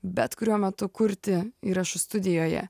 bet kuriuo metu kurti įrašų studijoje